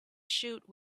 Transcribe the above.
shoot